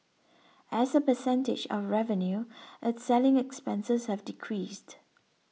as a percentage of revenue its selling expenses have decreased